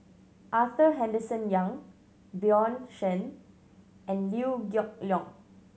Arthur Henderson Young Bjorn Shen and Liew Geok Leong